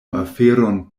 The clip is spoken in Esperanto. aferon